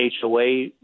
HOA